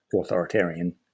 authoritarian